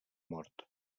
mort